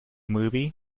movie